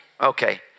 Okay